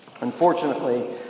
Unfortunately